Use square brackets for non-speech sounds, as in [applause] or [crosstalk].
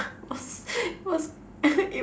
it was it was [laughs]